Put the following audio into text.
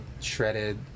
Shredded